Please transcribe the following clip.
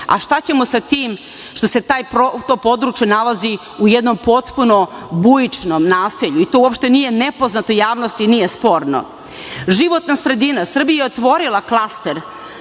A šta ćemo sa tim što se to područje nalazi u jednom potpuno bujičnom naselju i to uopšte nije nepoznato javnosti i nije sporno. Životna sredina, Srbija je otvorila klaster